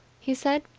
he said.